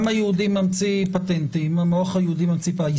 המוח היהודי ממציא פטנטים הישראלי,